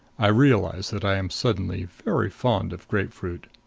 i realize that i am suddenly very fond of grapefruit.